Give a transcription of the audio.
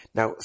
Now